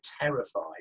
terrified